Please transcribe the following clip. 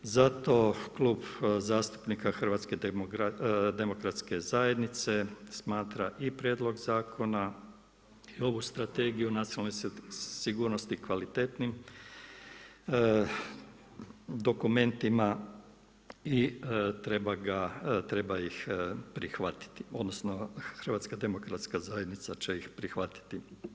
Zato Klub zastupnika HDZ-a smatra i prijedlog zakona i ovu Strategiju nacionalne sigurnosti kvalitetnim dokumentima i treba ih prihvatiti odnosno HDZ će ih prihvatiti.